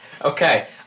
Okay